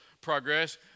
progress